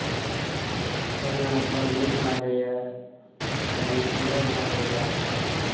एहिमे बड़ नीक लागैए बड़ी सुन्दर लागैए